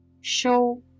show